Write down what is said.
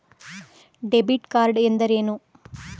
Debit card ಎಂದರೇನು?